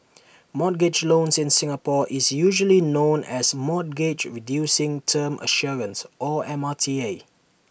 mortgage loan in Singapore is usually known as mortgage reducing term assurance or M R T A